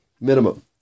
minimum